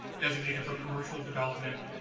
designated for commercial development,